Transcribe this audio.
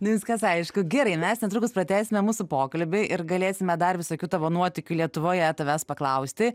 nu viskas aišku gerai mes netrukus pratęsime mūsų pokalbį ir galėsime dar visokių tavo nuotykių lietuvoje tavęs paklausti